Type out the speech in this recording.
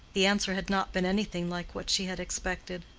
the answer had not been anything like what she had expected.